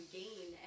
gain